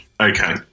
Okay